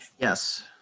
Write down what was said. yes.